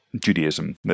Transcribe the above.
Judaism